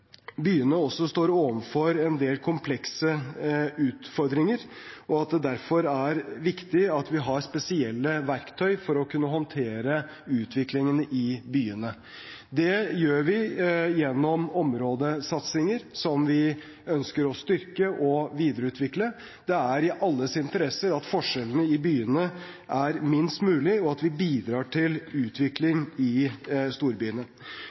byene også står overfor en del komplekse utfordringer, og at det derfor er viktig at vi har spesielle verktøy for å kunne håndtere utviklingen i byene. Det gjør vi gjennom områdesatsinger som vi ønsker å styrke og videreutvikle. Det er i alles interesse at forskjellene i byene er minst mulig og at vi bidrar til utvikling i storbyene.